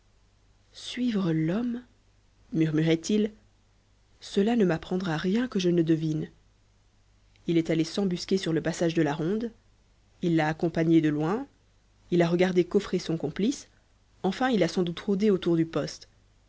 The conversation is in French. suivre l'homme murmurait-il cela ne m'apprendra rien que je ne devine il est allé s'embusquer sur le passage de la ronde il l'a accompagnée de loin il a regardé coffrer son complice enfin il a sans doute rôdé autour du poste